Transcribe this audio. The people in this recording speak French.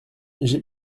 j’ai